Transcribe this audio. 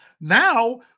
Now